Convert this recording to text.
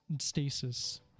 stasis